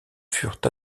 furent